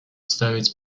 ставить